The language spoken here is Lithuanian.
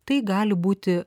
tai gali būti